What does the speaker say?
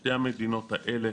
שתי המדינות האלה